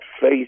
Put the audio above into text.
faith